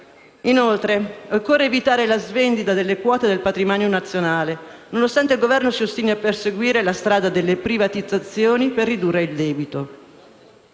inoltre, evitare la svendita delle quote del patrimonio nazionale, nonostante il Governo si ostini a perseguire la strada delle privatizzazioni per ridurre il debito.